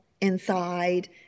inside